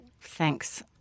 thanks